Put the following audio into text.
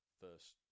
first